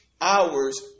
hours